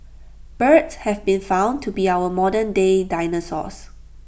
birds have been found to be our modernday dinosaurs